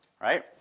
right